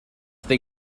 they